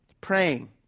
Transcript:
Praying